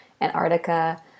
Antarctica